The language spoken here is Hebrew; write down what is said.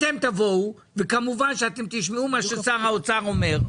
אתם תבואו וכמובן שאתם תשמעו מה ששר האוצר אומר,